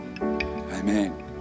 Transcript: Amen